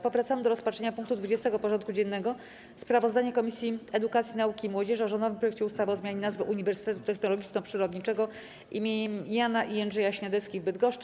Powracamy do rozpatrzenia punktu 20. porządku dziennego: Sprawozdanie Komisji Edukacji, Nauki i Młodzieży o rządowym projekcie ustawy o zmianie nazwy Uniwersytetu Technologiczno-Przyrodniczego im. Jana i Jędrzeja Śniadeckich w Bydgoszczy.